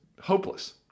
hopeless